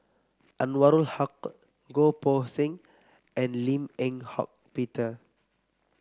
Anwarul Haque Goh Poh Seng and Lim Eng Hock Peter